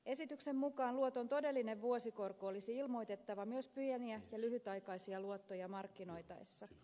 esityksen mukaan luoton todellinen vuosikorko olisi ilmoitettava myös pieniä ja lyhytaikaisia luottoja markkinoitaessa